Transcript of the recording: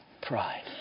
pride